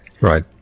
Right